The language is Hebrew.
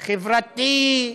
חברתי,